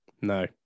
no